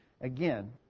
Again